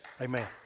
Amen